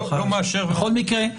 בכל מקרה,